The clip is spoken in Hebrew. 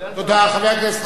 חבר הכנסת חנין.